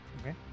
Okay